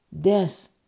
Death